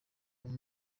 uwo